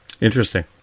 Interesting